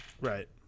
right